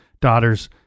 daughter's